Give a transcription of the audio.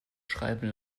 schreiben